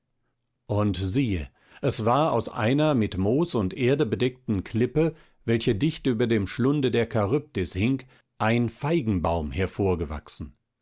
und siehe es war aus einer mit moos und erde bedeckten klippe welche dicht über dem schlunde der charybdis hing ein feigenbaum hervorgewachsen